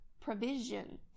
provision